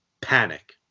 Panic